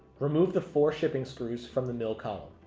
remove the four shipping screws from the mill column.